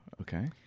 okay